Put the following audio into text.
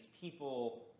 people